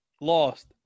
lost